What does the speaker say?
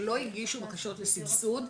שלא הגישו בקשות לסבסוד,